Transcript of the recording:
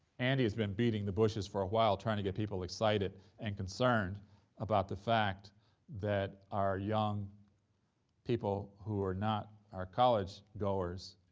andy has been beating the bushes for a while trying to get people excited and concerned about the fact that our young people who are not our college-goers